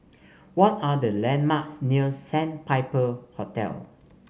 what are the landmarks near Sandpiper Hotel